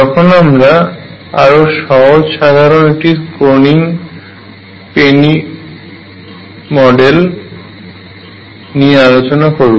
যখন আমরা আরো সহজ সাধারন একটি ক্রনিগ পেনি মডেল নিয়ে আলোচনা করব